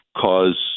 cause